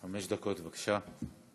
חמש דקות, בבקשה.